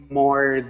more